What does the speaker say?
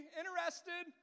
interested